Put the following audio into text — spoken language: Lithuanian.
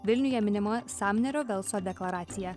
vilniuje minima samnerio velso deklaracija